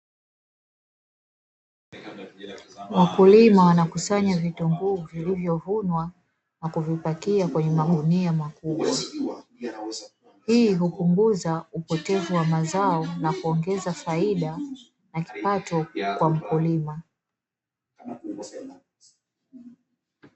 Wakulima wanakusanya vitunguu vilivyovunwa na kuvipakia kwenye magunia makubwa, hii hupunguza upotevu wa mazao na kuongeza faida na kipato kwa mkulima.